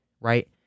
right